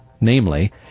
namely